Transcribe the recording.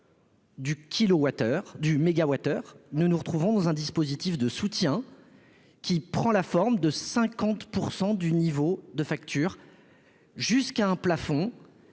Du kW/h du mégawattheure nous nous retrouvons dans un dispositif de soutien qui prend la forme de 50 pour 100 du niveau de facture jusqu'à un plafond